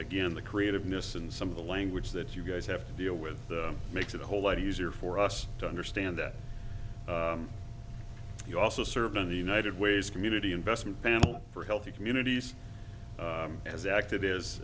again the creativeness and some of the language that you guys have to deal with makes it a whole lot easier for us to understand that you also serve in the united way's community investment panel for healthy communities as act